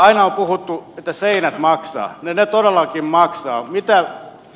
aina on puhuttu että seinät maksavat ne todellakin maksavat